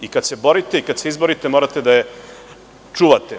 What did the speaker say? I kada se borite i kada se izborite morate da je čuvate.